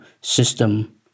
system